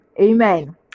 amen